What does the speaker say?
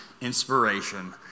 inspiration